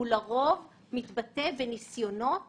הוא לרוב מתבטא בניסיונות